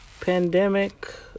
pandemic